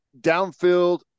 downfield